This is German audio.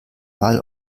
all